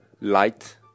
Light